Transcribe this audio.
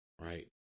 Right